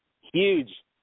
Huge